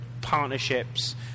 partnerships